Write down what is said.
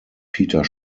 peter